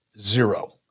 Zero